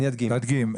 תדגים.